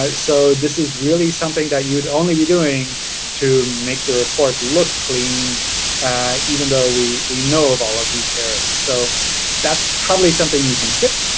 ah so this is really something that you would only be doing to make the report look clean even though we we know of all of these errors. so that's probably something you can skip.